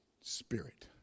spirit